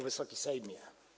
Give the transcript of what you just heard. Wysoki Sejmie!